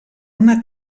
una